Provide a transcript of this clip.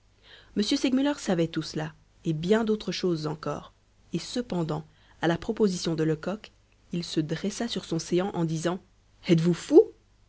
m segmuller savait tout cela et bien d'autres choses encore et cependant à la proposition de lecoq il se dressa sur son séant en disant êtes-vous fou